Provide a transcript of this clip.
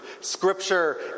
Scripture